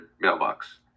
mailbox